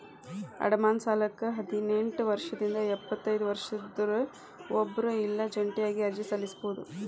ಅಡಮಾನ ಸಾಲಕ್ಕ ಹದಿನೆಂಟ್ ವರ್ಷದಿಂದ ಎಪ್ಪತೈದ ವರ್ಷದೊರ ಒಬ್ರ ಇಲ್ಲಾ ಜಂಟಿಯಾಗಿ ಅರ್ಜಿ ಸಲ್ಲಸಬೋದು